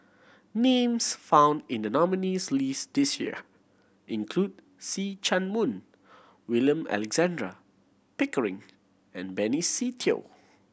names found in the nominees' list this year include See Chak Mun William Alexander Pickering and Benny Se Teo